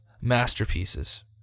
masterpieces